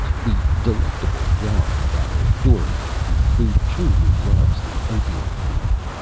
the delectable yarn about a door-mat thief, who truly loves the opium fiend.